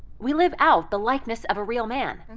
we live out the likeness of a real man. and